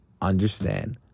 understand